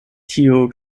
tiu